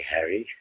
Harry